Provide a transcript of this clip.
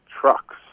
trucks